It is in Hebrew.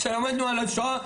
כשלמדנו על השואה,